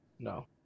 No